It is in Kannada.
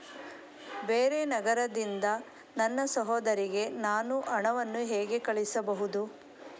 ಬೇರೆ ನಗರದಿಂದ ನನ್ನ ಸಹೋದರಿಗೆ ನಾನು ಹಣವನ್ನು ಹೇಗೆ ಕಳುಹಿಸಬಹುದು?